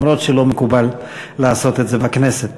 למרות שלא מקובל לעשות את זה בכנסת.